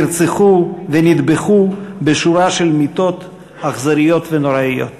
נרצחו ונטבחו בשורה של מיתות אכזריות ונוראיות.